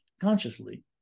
consciously